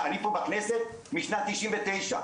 אני פה בכנסת משנת 99,